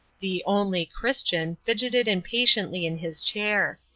the only christian fidgeted impatiently in his chair.